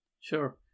Sure